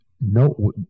no